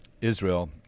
Israel